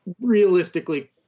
realistically